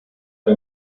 fer